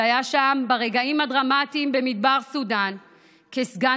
שהיה שם ברגעים הדרמטיים במדבר סודאן כסגן